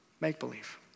make-believe